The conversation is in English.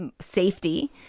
safety